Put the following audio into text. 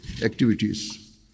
activities